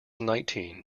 nineteen